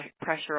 pressure